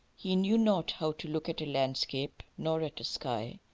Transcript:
he knew not how to look at a landscape nor at a sky.